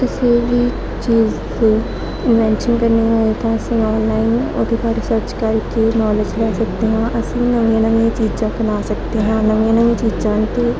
ਕਿਸੇ ਵੀ ਚੀਜ਼ ਦੀ ਇਨਵੈਂਸ਼ਨ ਕਰਨੀ ਹੋਏ ਤਾਂ ਅਸੀਂ ਔਨਲਾਈਨ ਉਹਦੇ ਬਾਰੇ ਰਿਸਰਚ ਕਰਕੇ ਨੋਲੇਜ ਲੈ ਸਕਦੇ ਹਾਂ ਅਸੀਂ ਨਵੀਆਂ ਨਵੀਆਂ ਚੀਜ਼ਾਂ ਬਣਾ ਸਕਦੇ ਹਾਂ ਨਵੀਆਂ ਨਵੀਆਂ ਚੀਜ਼ਾਂ 'ਤੇ